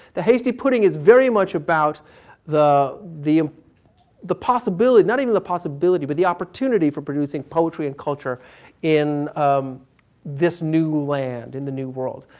the hasty pudding is very much about the the possibility not even the possibility but the opportunity for producing poetry and culture in um this new land, in the new world.